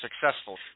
successful